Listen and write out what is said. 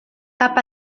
cap